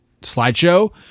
slideshow